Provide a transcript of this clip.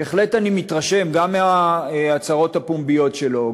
בהחלט אני מתרשם גם מההצהרות הפומביות שלו,